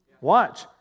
Watch